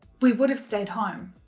we would have stayed home!